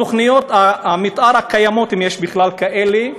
תוכניות המתאר הקיימות, אם יש בכלל כאלה,